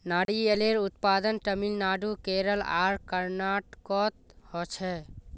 नारियलेर उत्पादन तामिलनाडू केरल आर कर्नाटकोत होछे